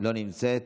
לא נמצאת.